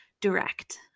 direct